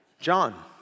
John